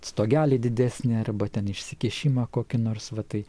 stogelį didesnį arba ten išsikišimą kokį nors va tai